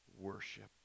worship